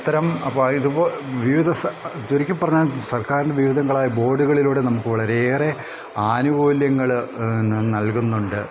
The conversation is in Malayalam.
അത്തരം അപ്പം ഇതുപ വിവിധ ചുരുക്കി പറഞ്ഞാൽ സർക്കാരിൻ്റെ വിവിധങ്ങളായ ബോഡുകളിലൂടെ നമുക്ക് വളരെയേറെ ആനുകൂല്യങ്ങൾ നൽകുന്നുണ്ട്